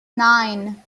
nine